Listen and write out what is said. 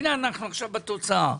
הנה, עכשיו אנחנו בתוצאה.